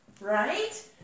right